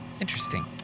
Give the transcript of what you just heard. Interesting